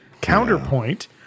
Counterpoint